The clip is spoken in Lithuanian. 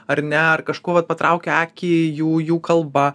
ar ne ar kažkuo va patraukia akį jų jų kalba